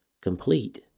complete